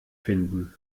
finden